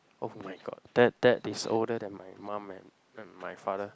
oh-my-god that that is older than my mum and and my father